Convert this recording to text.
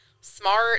smart